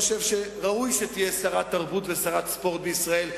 חושב שראוי שתהיה שרת תרבות ושרת ספורט בישראל,